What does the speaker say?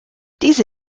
diese